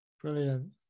Brilliant